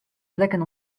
plekken